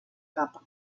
capas